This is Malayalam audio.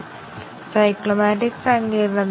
ഞങ്ങൾ ഇവിടെ സ്റ്റേറ്റ്മെൻറ്കൾ നമ്പർ ചെയ്യുന്നു